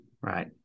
right